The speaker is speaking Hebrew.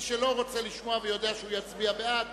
מי שלא רוצה לשמוע ויודע שהוא יצביע בעד,